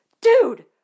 Dude